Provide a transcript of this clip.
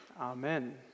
Amen